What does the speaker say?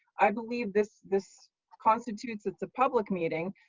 i believe this this constitutes it's a public meeting,